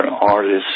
artists